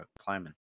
climbing